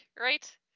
right